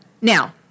Now